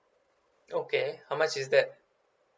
okay how much is that